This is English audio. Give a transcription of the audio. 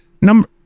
number